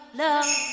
love